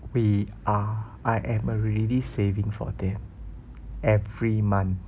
we are I am already saving for them every month